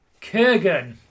Kurgan